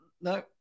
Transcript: No